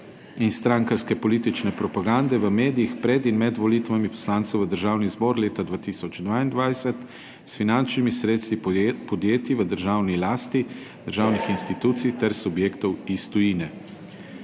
in strankarske politične propagande v medijih pred in med volitvami poslancev v Državni zbor leta 2022 s finančnimi sredstvi podjetij v državni lasti, državnih institucij ter subjektov iz tujine.